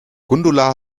gundula